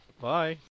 Bye